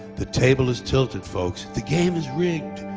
the table is tilted folks, the game is rigged,